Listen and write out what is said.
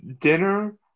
dinner